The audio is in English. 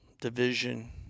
division